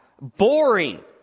boring